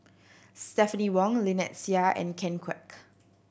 Stephanie Wong Lynnette Seah and Ken Kwek